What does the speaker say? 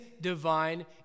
divine